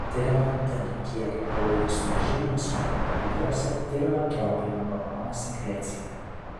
tireoidino kiekio kraujyje sumažėjimas rodo padidėjusią tireotropinio hormono sekreciją